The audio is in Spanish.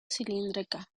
cilíndrica